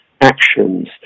actions